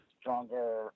stronger